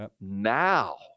Now